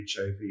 HIV